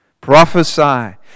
Prophesy